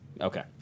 Okay